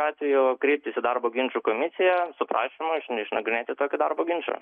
atvejo kreipėsi į darbo ginčų komisija su prašymu išnagrinėti tokį darbo ginčą